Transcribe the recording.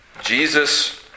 Jesus